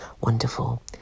Wonderful